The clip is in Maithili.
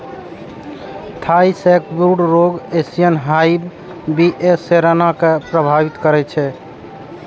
थाई सैकब्रूड रोग एशियन हाइव बी.ए सेराना कें प्रभावित करै छै